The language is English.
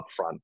upfront